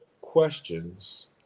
questions